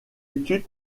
étude